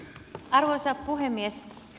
arvoisa puhemies